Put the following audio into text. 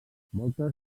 moltes